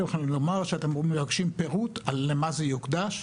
אתם יכולים לומר שאתם מבקשים פירוט לגבי למה זה יוקדש,